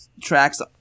tracks